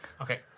Okay